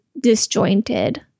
disjointed